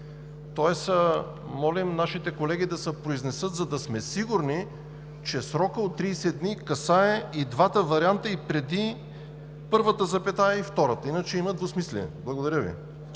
как? Моля нашите колеги да се произнесат, за да сме сигурни, че срокът от 30 дни касае и двата варианта – и преди първата запетая, и втората. Иначе има двусмислие. Благодаря Ви.